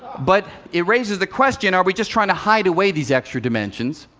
but it raises the question are we just trying to hide away these extra dimensions,